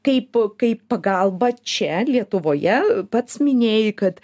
kaip kaip pagalba čia lietuvoje pats minėjai kad